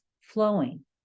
flowing